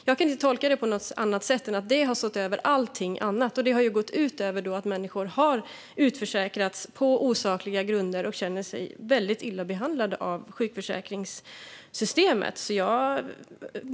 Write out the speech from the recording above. Jag kan inte tolka det på annat sätt än att detta har stått över allting annat, och det har gått ut över människor som har utförsäkrats på osakliga grunder och känner sig väldigt illa behandlade av sjukförsäkringssystemet.